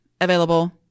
available